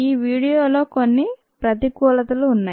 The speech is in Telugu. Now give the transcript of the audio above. ఈ వీడియో లో కొన్ని ప్రతికూలతలు ఉన్నాయి